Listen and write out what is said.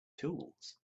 tools